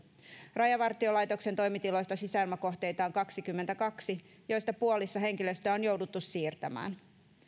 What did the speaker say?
rajavartiolaitoksen toimitiloista sisäilmakohteita on kaksikymmentäkaksi joista puolissa henkilöstöä on jouduttu siirtämään